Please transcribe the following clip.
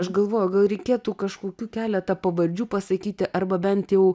aš galvoju gal reikėtų kažkokių keletą pavardžių pasakyti arba bent jau